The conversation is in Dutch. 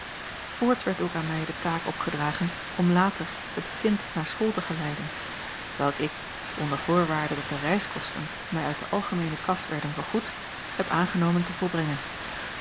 voorts werd ook aan mij de taak opgedragen om later het kind naar school te geleiden t welk ik onder voorwaarde dat de reiskosten mij uit de algemeene kas werden vergoed heb aangenomen te volbrengen